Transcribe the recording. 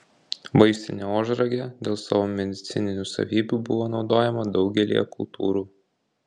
vaistinė ožragė dėl savo medicininių savybių buvo naudojama daugelyje kultūrų